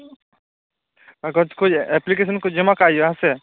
ᱠᱟᱜᱚᱡ ᱠᱚ ᱮᱯᱞᱤᱠᱮᱥᱚᱱ ᱠᱚ ᱡᱚᱢᱟ ᱠᱟᱜ ᱤᱦᱟᱥᱮ